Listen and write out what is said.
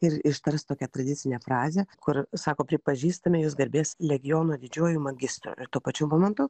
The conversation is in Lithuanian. ir ištars tokią tradicinę frazę kur sako pripažįstame jus garbės legiono didžiuoju magistru ir tuo pačiu momentu